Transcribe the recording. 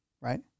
right